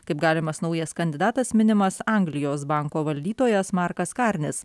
kaip galimas naujas kandidatas minimas anglijos banko valdytojas markas karnis